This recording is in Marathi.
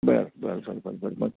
बरं बरं साॅरी बरं बरं बरं मग